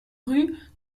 rue